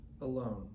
alone